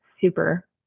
super